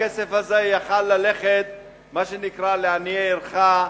הכסף הזה יכול היה ללכת למה שנקרא עניי עירך,